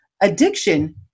Addiction